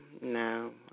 no